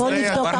בואו נבדוק.